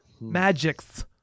Magic's